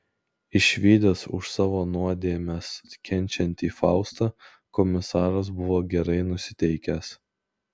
išvydęs už savo nuodėmes kenčiantį faustą komisaras buvo gerai nusiteikęs